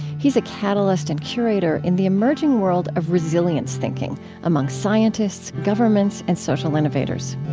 he's a catalyst and curator in the emerging world of resilience thinking amongst scientists, governments, and social innovators